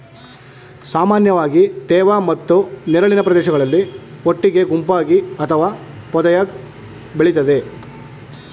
ಸಾಮಾನ್ಯವಾಗಿ ತೇವ ಮತ್ತು ನೆರಳಿನ ಪ್ರದೇಶಗಳಲ್ಲಿ ಒಟ್ಟಿಗೆ ಗುಂಪಾಗಿ ಅಥವಾ ಪೊದೆಯಾಗ್ ಬೆಳಿತದೆ